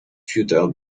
futile